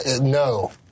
No